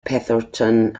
petherton